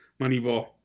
Moneyball